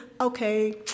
okay